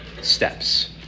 steps